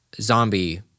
zombie